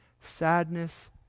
sadness